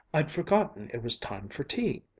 i'd forgotten it was time for tea!